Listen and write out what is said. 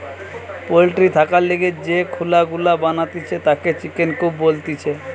poultry থাকার লিগে যে খুলা গুলা বানাতিছে তাকে চিকেন কূপ বলতিছে